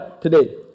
today